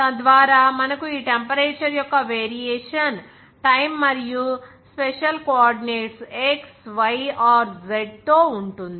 తద్వారా మనకు ఈ టెంపరేచర్ యొక్క వేరియేషన్ టైమ్ మరియు special coordinates x y or z తో ఉంటుంది